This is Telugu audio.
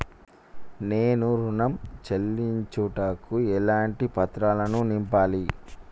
నేను ఋణం చెల్లించుటకు ఎలాంటి పత్రాలను నింపాలి?